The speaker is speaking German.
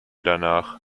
danach